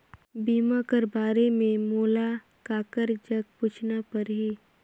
बीमा कर बारे मे मोला ककर जग पूछना परही?